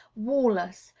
wall us,